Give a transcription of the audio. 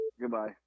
Goodbye